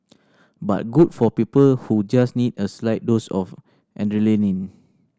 but good for people who just need a slight dose of adrenaline